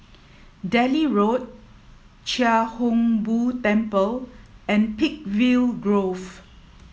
Delhi Road Chia Hung Boo Temple and Peakville Grove